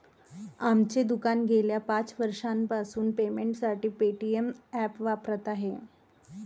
आमचे दुकान गेल्या पाच वर्षांपासून पेमेंटसाठी पेटीएम ॲप वापरत आहे